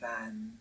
van